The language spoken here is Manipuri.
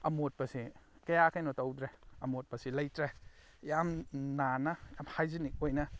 ꯑꯃꯣꯠꯄꯁꯦ ꯀꯌꯥ ꯀꯩꯅꯣ ꯇꯧꯗ꯭ꯔꯦ ꯑꯃꯣꯠꯄꯁꯤ ꯂꯩꯇ꯭ꯔꯦ ꯌꯥꯝꯅ ꯅꯥꯟꯅ ꯌꯥꯝꯅ ꯍꯥꯏꯖꯅꯤꯛ ꯑꯣꯏꯅ